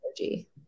energy